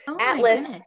Atlas